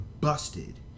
busted